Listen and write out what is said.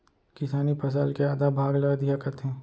किसानी फसल के आधा भाग ल अधिया कथें